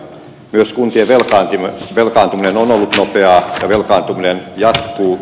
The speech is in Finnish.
myös kuntien velkaakin velkaantuminen on yksi iaafn kaatuminen jatkuu